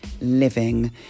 living